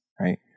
right